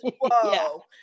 whoa